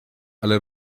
ale